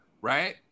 right